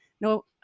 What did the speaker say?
no